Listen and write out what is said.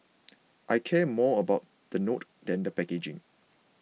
I care more about the note than the packaging